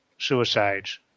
suicides